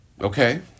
Okay